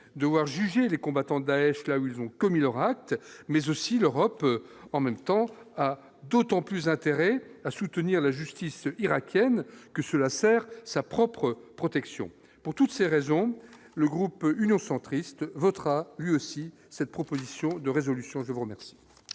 de voir juger les combattant Daech là où ils ont commis leur acte, mais aussi l'Europe en même temps a d'autant plus intérêt à soutenir la justice irakienne que cela sert sa propre protection pour toutes ces raisons, le groupe Union centriste votera lui aussi cette proposition de résolution, je vous remercie.